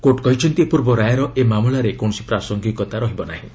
court କହିଛନ୍ତି ପୂର୍ବ ରାୟର ଏ ମାମଲାରେ କୌଣସି ପ୍ରାସଙ୍ଗିକତା ରହିବ ନାହିଁ